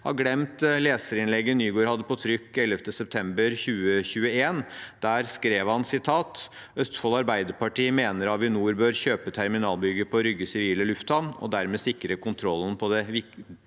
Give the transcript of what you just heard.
har glemt leserinnlegget Nygård hadde på trykk 11. september 2021. Der skrev han: «Østfold Arbeiderparti mener Avinor bør kjøpe terminalbygget på Rygge sivile lufthavn og dermed sikre kontrollen på denne viktige